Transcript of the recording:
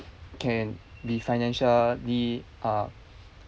can be financially uh